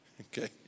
Okay